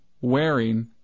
Wearing